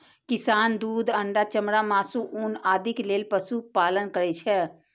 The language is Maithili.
किसान दूध, अंडा, चमड़ा, मासु, ऊन आदिक लेल पशुपालन करै छै